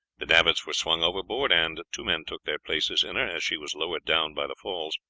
the davits were swung overboard, and two men took their places in her as she was lowered down by the falls.